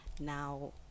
now